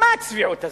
מה הצביעות הזאת?